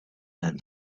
that